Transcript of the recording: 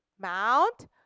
Mount